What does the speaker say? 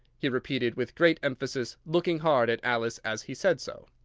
he repeated with great emphasis, looking hard at alice as he said so.